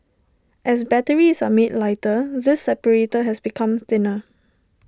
as batteries are made lighter this separator has become thinner